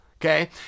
okay